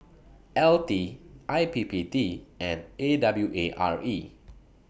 L T I P P T and A W A R E